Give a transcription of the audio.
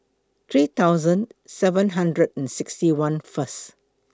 three thousand seven hundred and sixty one First